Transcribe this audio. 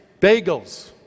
bagels